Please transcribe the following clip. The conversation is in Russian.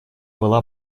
была